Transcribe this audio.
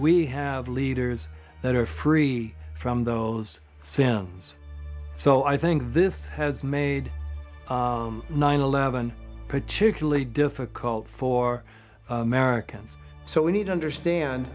we have leaders that are free from those sounds so i think this has made nine eleven particularly difficult for americans so we need to understand